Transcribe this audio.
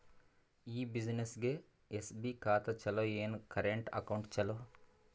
ಈ ಬ್ಯುಸಿನೆಸ್ಗೆ ಎಸ್.ಬಿ ಖಾತ ಚಲೋ ಏನು, ಕರೆಂಟ್ ಅಕೌಂಟ್ ಚಲೋ?